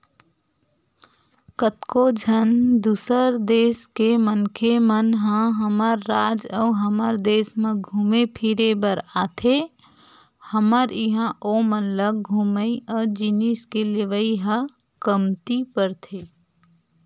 कतको झन दूसर देस के मनखे मन ह हमर राज अउ हमर देस म घुमे फिरे बर आथे हमर इहां ओमन ल घूमई अउ जिनिस के लेवई ह कमती परथे